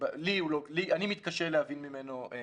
אני מתקשה להבין ממנו מספרים.